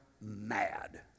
mad